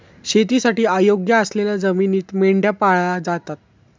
शेतीसाठी अयोग्य असलेल्या जमिनीत मेंढ्या पाळल्या जातात